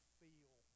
feel